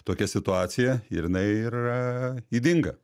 tokia situacija ir jinai yra ydinga